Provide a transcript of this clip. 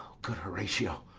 good horatio,